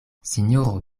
sinjoro